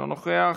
אינו נוכח.